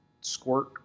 squirt